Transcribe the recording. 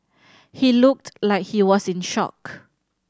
he looked like he was in shock